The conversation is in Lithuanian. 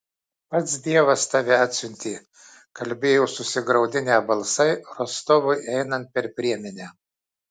pats dievas tave atsiuntė kalbėjo susigraudinę balsai rostovui einant per priemenę